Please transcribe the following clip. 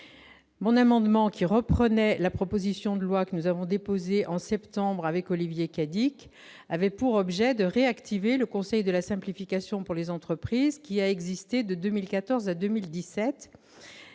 mon amendement qui reprenait la proposition de loi que nous avons déposée en septembre avec Olivier Cadic, avait pour objet de réactiver le Conseil de la simplification pour les entreprises qui a existé de 2014 à 2017